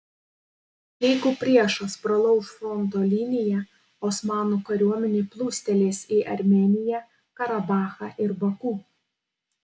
jeigu priešas pralauš fronto liniją osmanų kariuomenė plūstelės į armėniją karabachą ir baku